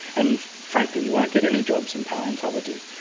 and frankly you won't get any jobs in palaeontology.